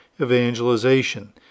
evangelization